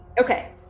okay